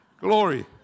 Glory